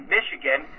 Michigan